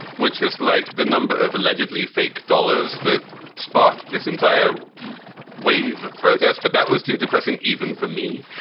which is like the number of allegedly fake dollars that sparked this entire wave of protest. but that was too depressing even for me.